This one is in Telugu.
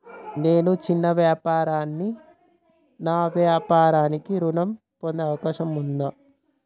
నేను చిన్న వ్యాపారిని నా వ్యాపారానికి ఋణం పొందే అవకాశం ఉందా?